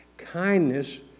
kindness